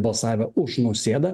balsavę už nausėdą